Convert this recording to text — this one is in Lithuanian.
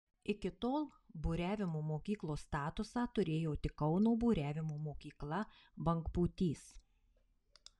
iki tol buriavimo mokyklos statusą turėjo tik kauno buriavimo mokykla bangpūtys